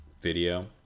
video